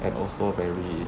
and also very